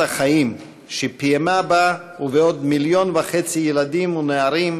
החיים שפיעמה בה ובעוד מיליון וחצי ילדים ונערים